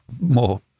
more